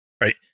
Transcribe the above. Right